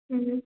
ହୁଁ